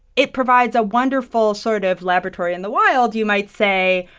it provides a wonderful sort of laboratory in the wild, you might say,